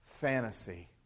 Fantasy